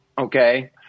okay